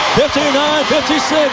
59-56